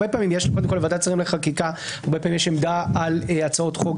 לוועדת שרים לחקיקה יש הרבה פעמים עמדה על הצעת חוק,